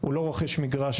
הוא לא רוכש מגרש,